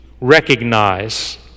recognize